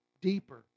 deeper